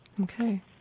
Okay